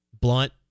blunt